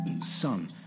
Son